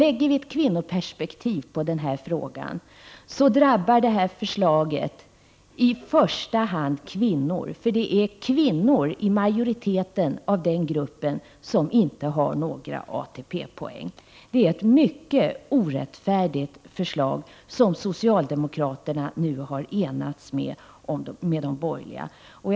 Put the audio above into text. Ser vi den här frågan i det perspektivet, finner vi att förslaget i första hand drabbar kvinnor, för kvinnorna utgör majoriteten i gruppen som inte har några ATP-poäng. Det är ett mycket orättfärdigt förslag som socialdemokraterna nu har enats med de borgerliga om.